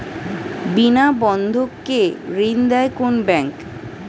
বিনা বন্ধক কে ঋণ দেয় কোন ব্যাংক?